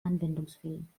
anwendungsfällen